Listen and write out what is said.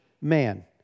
man